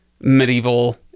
medieval